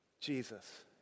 Jesus